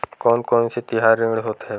कोन कौन से तिहार ऋण होथे?